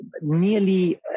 nearly